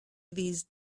these